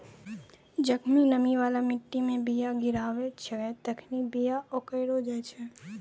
जखनि नमी बाला मट्टी मे बीया गिराबै छिये तखनि बीया ओकराय जाय छै